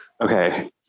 Okay